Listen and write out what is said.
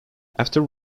after